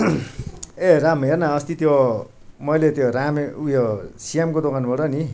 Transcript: ए रामे हेर्न अस्ति त्यो मैले त्यो रामे उयो श्यामको दोकानबाट नि